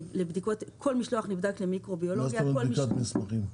כל מזון נבדק למיקרוביולוגיה --- מה זה אומר "בדיקת מסמכים"?